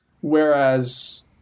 Whereas